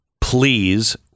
Please